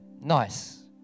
Nice